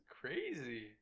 crazy